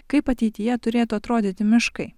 kaip ateityje turėtų atrodyti miškai